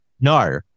No